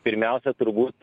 pirmiausia turbūt